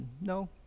No